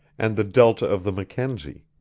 and the delta of the mackenzie,